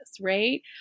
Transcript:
Right